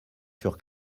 sur